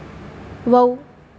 wow